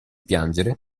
piangere